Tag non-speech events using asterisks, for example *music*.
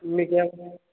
మీకు *unintelligible*